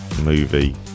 movie